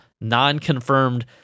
non-confirmed